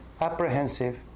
apprehensive